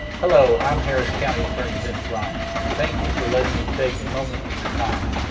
hello, i'm harris county attorney vince ryan. thank you for letting me take a moment of your time.